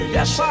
Yes